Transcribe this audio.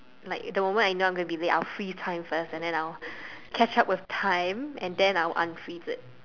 like the moment I know I'm going to be late I'll freeze time first and then I'll catch up with time and then I'll unfreeze it